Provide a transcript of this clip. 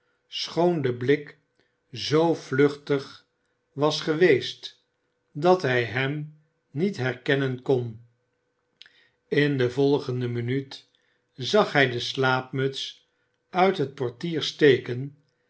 de blik zoo vluchtig was geweest dat hij hem niet herkennen kon in de volgende minuut zag hij de slaapmuts uit het por ier steken